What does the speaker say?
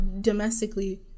domestically